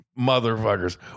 motherfuckers